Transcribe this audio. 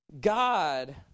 God